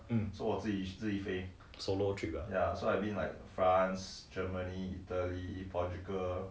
hmm solo trip lah